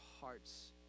hearts